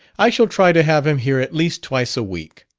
i shall try to have him here at least twice a week.